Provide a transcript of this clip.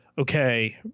okay